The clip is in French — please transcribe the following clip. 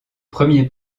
premier